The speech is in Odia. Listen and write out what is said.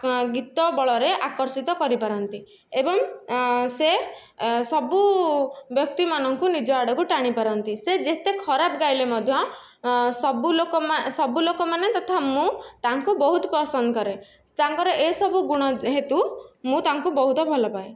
ଗୀତ ବଳରେ ଆକର୍ଷିତ କରିପାରନ୍ତି ଏବଂ ସେ ସବୁ ବ୍ୟକ୍ତି ମାନଙ୍କୁ ନିଜ ଆଡ଼କୁ ଟାଣି ପାରନ୍ତି ସେ ଯେତେ ଖରାପ ଗାଇଲେ ମଧ୍ୟ ସବୁ ଲୋକ ସବୁ ଲୋକମାନେ ତଥା ମୁଁ ତାଙ୍କୁ ବହୁତ ପସନ୍ଦ କରେ ତାଙ୍କର ଏହି ସବୁ ଗୁଣ ହେତୁ ମୁଁ ତାଙ୍କୁ ବହୁତ ଭଲ ପାଏ